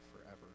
forever